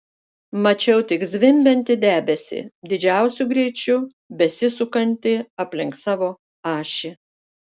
mačiau tik zvimbiantį debesį didžiausiu greičiu besisukantį aplink savo ašį